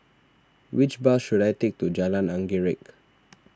which bus should I take to Jalan Anggerek